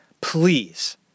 Please